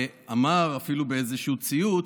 ואמר, אפילו באיזשהו ציוץ: